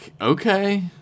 okay